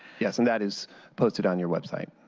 yeah and that is posted on your website.